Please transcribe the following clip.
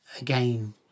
again